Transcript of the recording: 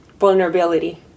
Vulnerability